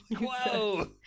Whoa